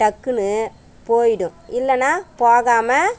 டக்குனு போயிடும் இல்லேன்னா போகாமல்